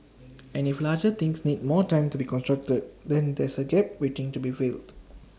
and if larger things need more time to be constructed then there's A gap waiting to be filled